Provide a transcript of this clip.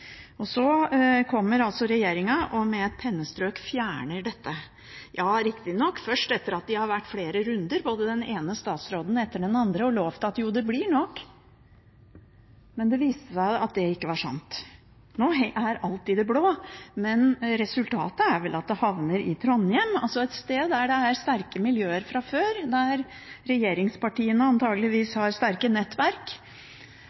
kommer altså regjeringen og med et pennestrøk fjerner dette, riktignok først etter at den ene statsråden etter den andre hadde vært flere runder og lovt at jo, det blir nok. Det viste seg at det ikke var sant. Nå er alt i det blå, men resultatet blir vel at det havner i Trondheim, et sted der det er sterke miljøer fra før, der regjeringspartiene